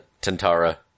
Tantara